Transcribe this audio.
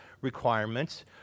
requirements